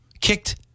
kicked